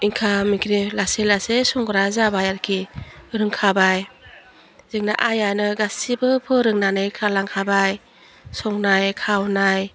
ओंखाम ओंख्रि लासै लासै संग्रा जाबाय आरोखि रोंखाबाय जोंना आइयानो गासिबो फोरोंनानै गालांखाबाय संनाय खावनाय